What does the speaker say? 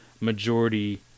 majority